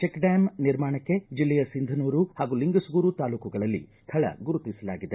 check dam ನಿರ್ಮಾಣಕ್ಕೆ ಜಿಲ್ಲೆಯ ಸಿಂಧನೂರು ಹಾಗೂ ಲಿಂಗಸೂಗೂರು ತಾಲ್ಲೂಕುಗಳಲ್ಲಿ ಸ್ಥಳ ಗುರುತಿಸಲಾಗಿದೆ